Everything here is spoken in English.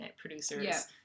producers